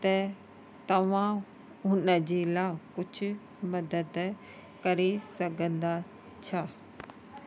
त तव्हां हुनजे लाइ कुझु मदद करे सघंदा छा